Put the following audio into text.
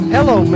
Hello